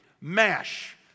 MASH